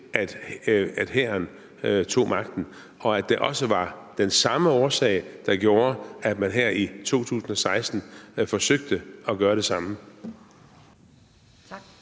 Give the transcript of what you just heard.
at hæren tog magten, og at det også var den samme årsag, der gjorde, at man her i 2016 forsøgte at gøre det samme?